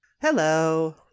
hello